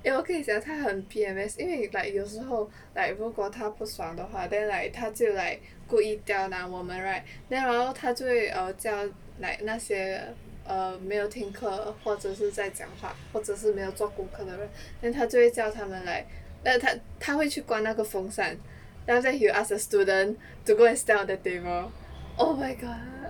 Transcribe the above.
eh 我跟你讲他很 P_M_S 因为 like 有时候 like 如果他不爽的话 then like 他就 like 故意刁难我们 right then 然后他就会 err 叫 like 那些 err 没有听课或者是在讲话或者是没有做功课的人 then 他就会叫他们 like 他他会去关那个风扇 then after that he will ask the student to go and stand on the table oh my god